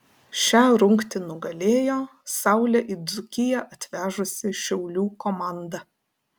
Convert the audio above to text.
šią rungtį nugalėjo saulę į dzūkiją atvežusi šiaulių komanda